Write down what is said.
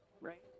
Right